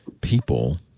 people